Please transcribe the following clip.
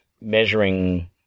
measuring